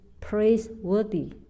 praiseworthy